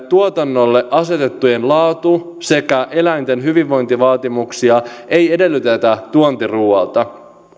tuotannolle asetettuja laatu sekä eläinten hyvinvointivaatimuksia ei edellytetä tuontiruualta